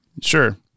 Sure